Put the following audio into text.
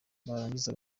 barangiza